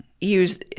use